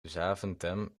zaventem